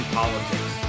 politics